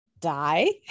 die